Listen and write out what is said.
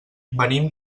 venim